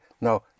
Now